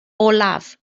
olaf